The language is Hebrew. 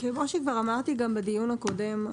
כפי שאמרתי בדיון הקודם,